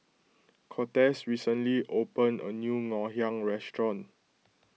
Cortez recently opened a new Ngoh Hiang restaurant